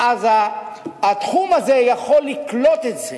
אז התחום הזה יכול לקלוט את זה.